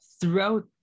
throughout